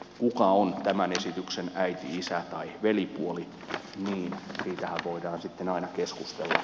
kuka on tämän esityksen äiti isä tai velipuoli niin siitähän voidaan sitten aina keskustella